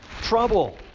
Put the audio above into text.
trouble